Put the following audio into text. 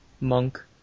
Monk